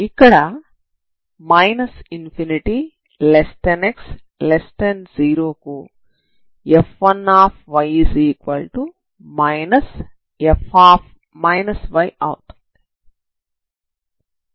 ఇక్కడ ∞x0 కు f1y f అవుతుంది